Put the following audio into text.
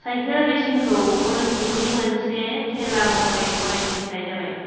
cycle रेसिंखौ अलिम्पिकनि मोनसे खेला महरै गनायथि होनाय जाबाय